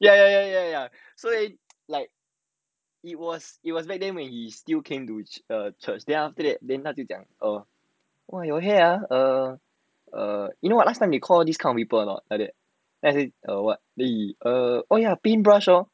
ya ya ya ya ya ya so he like it was back then when he still came came to err church then after that 他就讲 err eh your hair ah err err you know [what] last time you call this kind of people not like that as it err what the err what do you call paintbrush lor